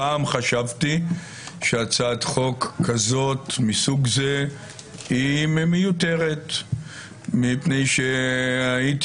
פעם חשבתי שהצעת חוק מסוג זה היא מיותרת מפני שהייתי